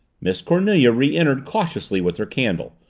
miss cornelia re-entered cautiously with her candle,